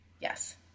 Yes